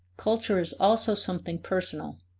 culture is also something personal